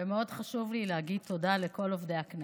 ומאוד חשוב לי להגיד תודה לכל עובדי הכנסת,